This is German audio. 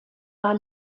war